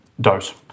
dose